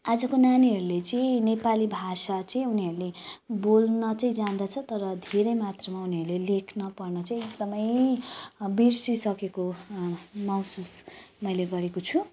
आजको नानीहरूले चाहिँ नेपाली भाषा चाहिँ उनीहरूले बोल्न चाहिँ जान्दछ तर धेरै मात्रामा उनीहरूले लेख्न पढ्न चाहिँ एकदमै बिर्सिसकेको महसुस मैले गरेको छु